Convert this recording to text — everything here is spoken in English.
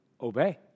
Obey